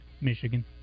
Michigan